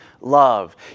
love